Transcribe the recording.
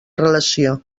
relació